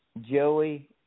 Joey